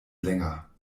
länger